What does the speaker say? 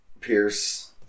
Pierce